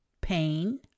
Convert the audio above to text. pain